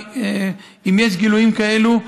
אם יש גילויים כאלו,